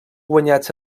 guanyats